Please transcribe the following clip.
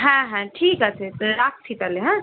হ্যাঁ হ্যাঁ ঠিক আছে রাখছি তালে হ্যাঁ